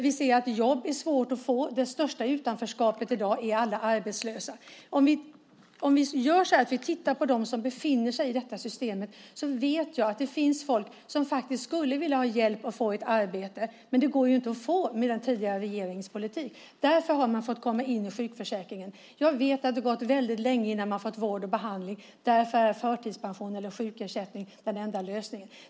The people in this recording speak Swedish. Vi ser att det är svårt att få jobb. Det största utanförskapet i dag är alla arbetslösa. Om vi tittar på dem som befinner sig i detta system vet jag att det finns folk som faktiskt skulle vilja ha hjälp att få ett arbete, men det har inte gått att få med den tidigare regeringens politik. Därför har de fått komma in i sjukförsäkringen. Jag vet att de gått länge innan de fått vård och behandling. Därför har förtidspension eller sjukersättning varit den enda lösningen.